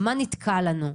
ומה נתקע לנו.